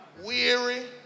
weary